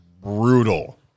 brutal